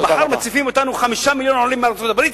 מחר מציפים אותנו 5 מיליוני עולים מארצות-הברית,